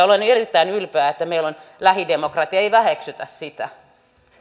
olen erittäin ylpeä että meillä on lähidemokratia ei väheksytä sitä arvoisa puhemies